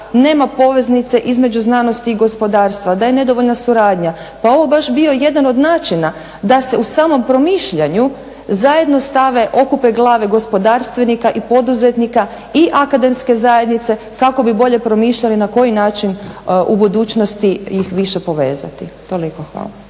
nema poveznice između znanosti i gospodarstva, da je nedovoljna suradnja. Pa ovo je baš bio jedan od načina da se u samom promišljanju zajedno stave, okupe glave gospodarstvenika i poduzetnika i akademske zajednice kako bi bolje promišljali na koji način u budućnosti ih više povezati. Toliko. Hvala.